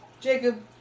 Jacob